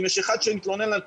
אם יש אחד שמתלונן על קורונה,